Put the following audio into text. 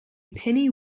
penny